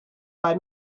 five